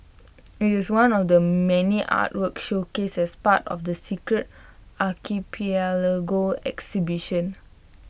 IT is one of the many artworks showcased as part of the secret archipelago exhibition